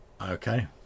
Okay